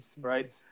right